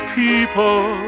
people